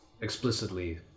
explicitly